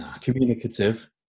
communicative